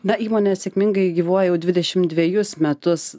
na įmonė sėkmingai gyvuoja jau dvidešimt dvejus metus